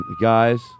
guys